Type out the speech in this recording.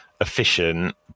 efficient